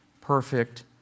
perfect